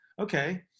okay